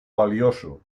valioso